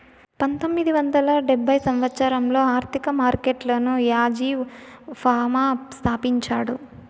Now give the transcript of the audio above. పంతొమ్మిది వందల డెబ్భై సంవచ్చరంలో ఆర్థిక మార్కెట్లను యాజీన్ ఫామా స్థాపించాడు